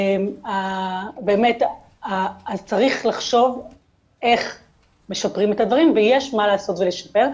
באמת אז צריך לחשוב איך משפרים את הדברים ויש מה לעשות ולשפר,